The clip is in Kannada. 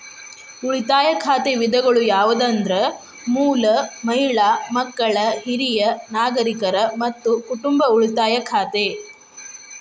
ಉಳಿತಾಯ ಖಾತೆ ವಿಧಗಳು ಯಾವಂದ್ರ ಮೂಲ, ಮಹಿಳಾ, ಮಕ್ಕಳ, ಹಿರಿಯ ನಾಗರಿಕರ, ಮತ್ತ ಕುಟುಂಬ ಉಳಿತಾಯ ಖಾತೆ